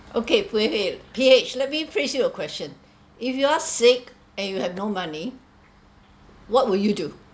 okay Puay-Heng P H let me phrase you a question if you are sick and you have no money what will you do